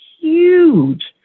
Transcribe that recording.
huge